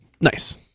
Nice